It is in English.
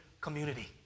community